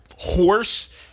Horse